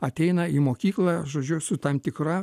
ateina į mokyklą žodžiu su tam tikra